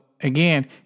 again